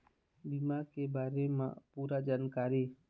बीमा के बारे म पूरा जानकारी?